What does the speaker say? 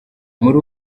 muri